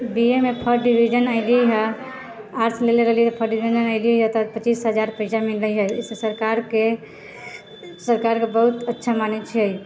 B A मे first division अइली हँ आर्ट्स लेले रहली फर्स्ट डिविजन तऽ पचीस हजार रुपैआ मिलै हइ एहिसँ सरकारके सरकारके बहुत अच्छा मानै छिए